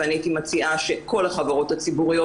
ואני הייתי מציעה שכל החברות הציבוריות